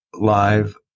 live